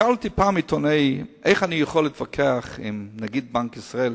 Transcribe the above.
שאלתי פעם עיתונאי איך אני יכול להתווכח עם נגיד בנק ישראל,